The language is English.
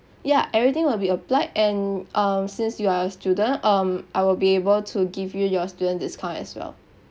ya everything will be applied and um since you are a student um I will be able to give you your student discount as well